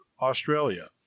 Australia